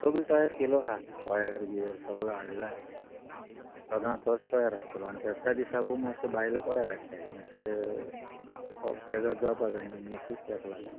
सगली तयार केलो आहा कोयार बीर सगलो हाडला सदांच तोच कोयार आसतलो आनी फस्टा दिसाकूय मातशे बायल कोयार हाडटाय मातशे पेजाद जावपा जाय न्हू मिसू तेका लागोन